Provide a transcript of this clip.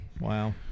Wow